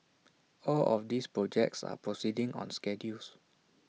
all of these projects are proceeding on schedules